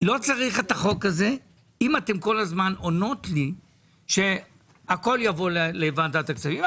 לא צריך את החוק הזה אם אתן כל הזמן עונות לי שהכול יבוא לוועדת הכספים.